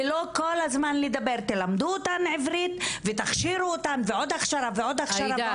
ולא כל הזמן לדבר תלמדו אותן עברית ותכשירו אותן ועוד הכשרה ועוד הכשרה.